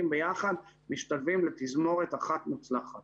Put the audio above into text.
ביחד משתלבים לתזמורת אחת מוצלחת.